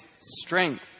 strength